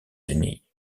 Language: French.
unis